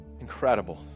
incredible